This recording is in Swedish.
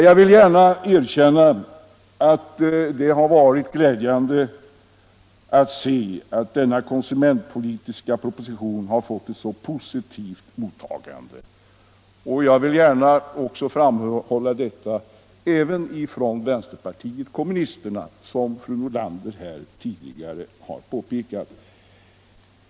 Jag vill gärna erkänna att det varit glädjande att se att denna konsumentpolitiska proposition har fått ett mycket positivt mottagande — även från kommunisterna, vilket fru Nordlander tidigare har påpekat.